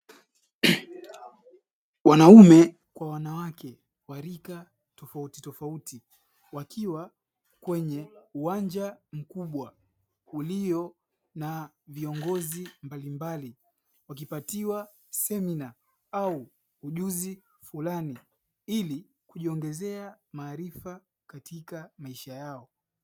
Wanaume kwa wanawake wa rika tofautitofauti wakiwa kwenye uwanja mkubwa uliyo na viongozi mbalimbali, wakipatiwa semina au ujuzi fulani ili kujiongezea maarifa katika maisha yao.